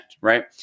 right